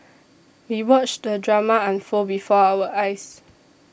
we watched the drama unfold before our eyes